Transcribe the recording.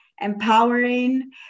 empowering